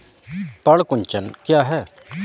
पर्ण कुंचन क्या है?